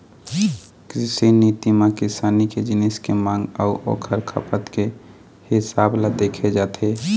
कृषि नीति म किसानी के जिनिस के मांग अउ ओखर खपत के हिसाब ल देखे जाथे